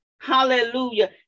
Hallelujah